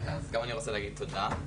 אז גם אני רוצה להגיד תודה.